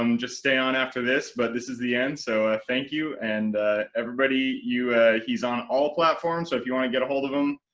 um just stay on after this. but this is the end. so thank you and everybody, you he's on all platforms. so if you want to get a hold of them,